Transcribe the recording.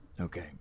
Okay